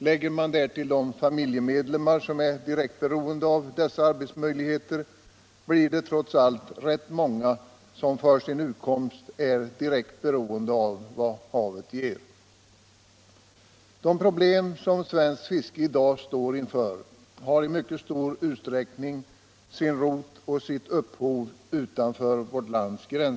Lägger man därtill de familjemedlemmar som är helt beroende av dessa arbetsmöjligheter blir det trots allt rätt många som för sin utkomst är direkt beroende av vad havet ger. De problem som svenskt fiske i dag står inför har i mycket stor utsträckning sin rot och sitt upphov utanför vårt lands gränser.